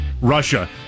Russia